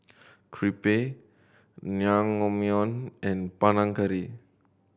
Crepe Naengmyeon and Panang Curry